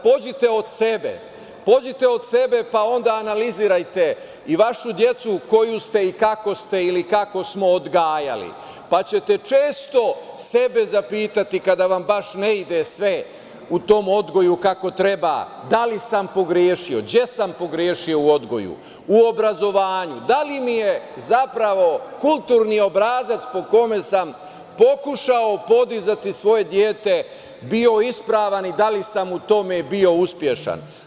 Pođite od sebe, pa onda analizirajte i vašu decu koju ste i kako ste, ili kako smo, odgajali, pa ćete često sebe zapitati kada vam baš ne ide sve u tom odgoju kako treba - da li sam pogrešio, gde sam pogrešio u odgoju, u obrazovanju, da li mi je, zapravo, kulturni obrazac po kome sam pokušao podizati svoje dete bio ispravan i da li sam u tome bio uspešan.